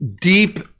deep